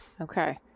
Okay